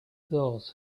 those